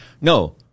No